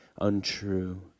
untrue